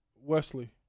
Wesley